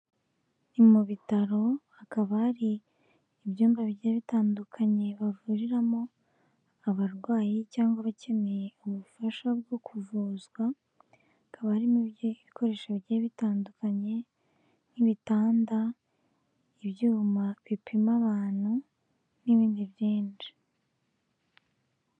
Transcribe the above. Ni mu bitaro hakaba hari ibyumba bigiye bitandukanye bavuriramo abarwayi cyangwa abakeneye ubufasha bwo kuvuzwa, hakaba harimo ibikoresho bigiye bitandukanye nk'ibitanda, ibyuma bipima abantu n'ibindi byinshi.